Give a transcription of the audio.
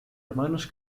hermanos